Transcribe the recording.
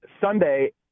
Sunday